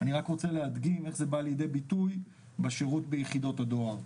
אני רק רוצה להדגים איך זה בא לידי ביטוי בשירות ביחידות הדואר.